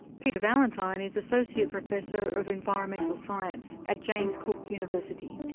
peter valentine is associate professor of environmental science at james cook university.